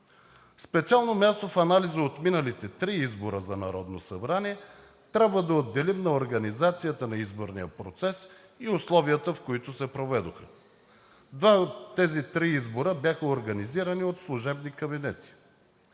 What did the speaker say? Специално място в анализа от миналите три избора за Народно събрание трябва да отделим на организацията на изборния процес и условията, в които се проведоха. Два от тези три избора бяха организирани от служебни кабинети.